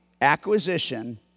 acquisition